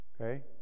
Okay